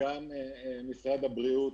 וגם משרד הבריאות